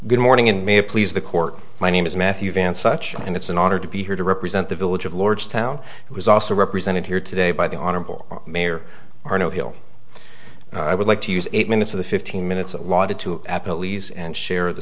good morning in may it please the court my name is matthew van such and it's an honor to be here to represent the village of lordstown who was also represented here today by the honorable mayor arnaud hill i would like to use eight minutes of the fifteen minutes allotted to at lease and share the